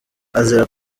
azira